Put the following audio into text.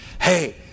Hey